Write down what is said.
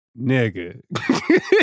nigga